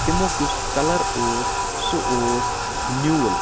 تَمیُک یُس کَلَر اوس سُہ اوس نیوٗل